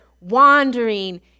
wandering